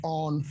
on